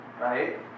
right